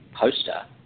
poster